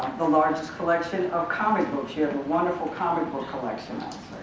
the largest collection of comic books. you have a wonderful comic book collection.